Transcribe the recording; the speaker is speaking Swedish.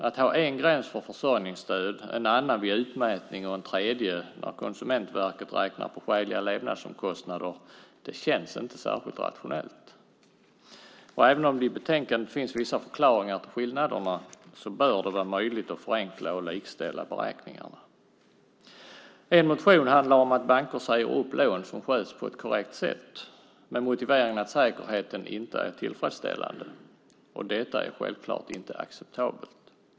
Att ha en gräns för försörjningsstöd, en annan vid utmätning och en tredje när Konsumentverket räknar på skäliga levnadsomkostnader känns inte särskilt rationellt. Även om det i betänkandet finns vissa förklaringar till skillnaderna bör det vara möjligt att förenkla och likställa beräkningarna. En motion handlar om att banker säger upp lån som sköts på ett korrekt sätt, med motiveringen att säkerheten inte är tillfredsställande. Detta är självklart inte acceptabelt.